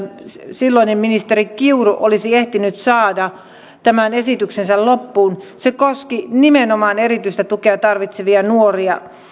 silloinen ministeri kiuru olisi ehtinyt saada tämän esityksensä loppuun se koski nimenomaan erityistä tukea tarvitsevia nuoria